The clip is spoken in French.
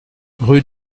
rue